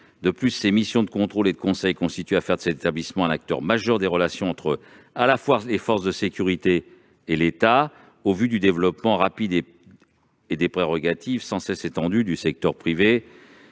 De plus, ses missions de contrôle et de conseil en font un acteur majeur des relations entre les forces de sécurité et l'État, au vu du développement rapide et des prérogatives sans cesse étendues du secteur privé,